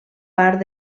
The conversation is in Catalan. part